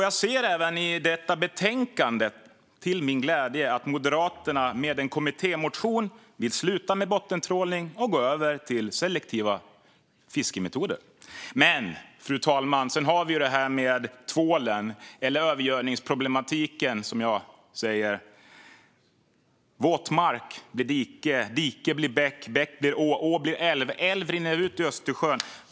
Jag ser även i detta betänkande till min glädje att Moderaterna med en kommittémotion vill sluta med bottentrålning och gå över till selektiva fiskemetoder. Men, fru talman, sedan har vi ju det här med tvålen, eller övergödningsproblematiken, som jag säger. Våtmark blir dike, dike blir bäck, bäck blir å, å blir älv, älv rinner ut i Östersjön.